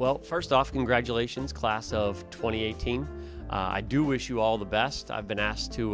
well first off congratulations class of twenty eighteen i do wish you all the best i've been asked to